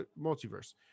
multiverse